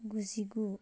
गुजिगु